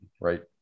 right